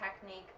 technique